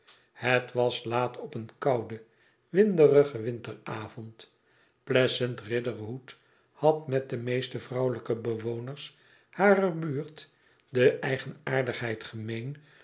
het was laat op een kouden windcrigen winteravond pleasant riderhood had met de meeste vrouwelijke bewoners harer buurt de eigenaardigheid gemeen